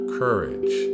courage